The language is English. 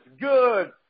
Good